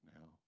now